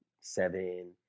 Seven